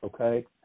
okay